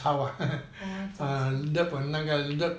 哦早操